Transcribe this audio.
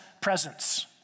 presence